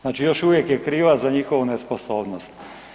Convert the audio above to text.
Znači, još uvijek je kriva za njihovu nesposobnost.